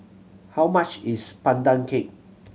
how much is Pandan Cake